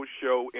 show